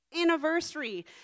anniversary